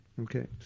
Okay